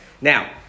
Now